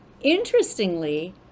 Interestingly